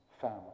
family